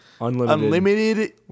unlimited